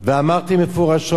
ואמרתי מפורשות,